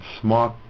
smart